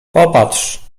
popatrz